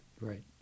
Right